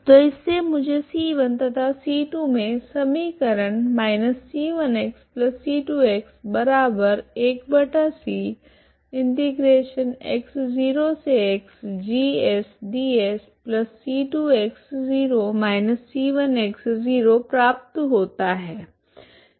तो इससे मुझे c1 तथा c2 मे समीकरण प्राप्त होता है